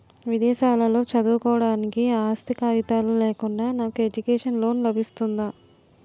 విదేశాలలో చదువుకోవడానికి ఆస్తి కాగితాలు లేకుండా నాకు ఎడ్యుకేషన్ లోన్ లబిస్తుందా?